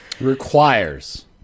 Requires